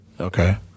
Okay